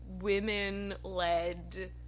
women-led